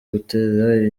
gutorera